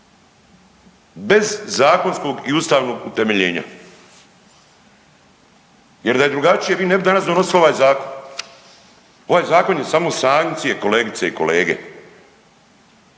bez zakonskog i ustavnog utemeljena jer da je drugačije vi danas ne bi donosili ovaj zakon. Ovaj zakon je samo sankcije kolegice i kolege,